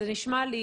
זה נשמע לי